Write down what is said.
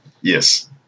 Yes